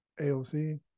AOC